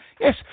Yes